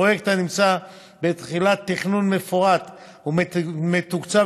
פרויקט הנמצא בתחילת תכנון מפורט ומתוקצב